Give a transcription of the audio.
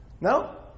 No